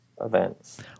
events